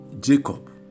Jacob